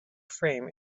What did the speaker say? frame